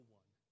one